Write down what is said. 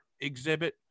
exhibit